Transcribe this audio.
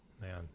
Man